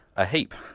a heap